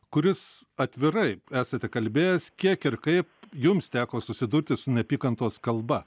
kuris atvirai esate kalbėjęs kiek ir kaip jums teko susidurti su neapykantos kalba